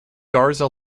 garza